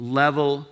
level